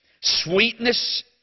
sweetness